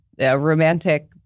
romantic